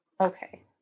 Okay